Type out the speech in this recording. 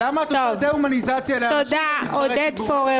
למה את עושה דה-הומניזציה לאנשים שהם נבחרי ציבור?